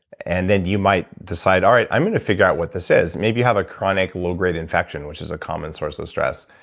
and then you might decide all right, i'm going to figure out what this is. maybe you have a chronic low grade infection, which is a common source of stress.